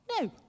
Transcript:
no